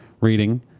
reading